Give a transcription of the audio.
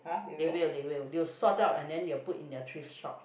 they will they will they will sort out and then they will put in their thrift shop